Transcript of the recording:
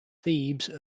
thebes